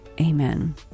Amen